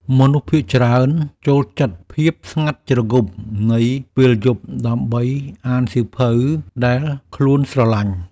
មនុស្សភាគច្រើនចូលចិត្តភាពស្ងាត់ជ្រងំនៃពេលយប់ ដើម្បីអានសៀវភៅដែលខ្លួនស្រឡាញ់។